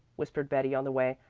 whispered betty on the way,